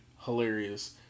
hilarious